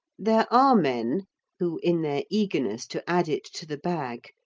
there are men who, in their eagerness to add it to the bag,